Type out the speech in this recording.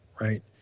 right